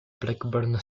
blackburn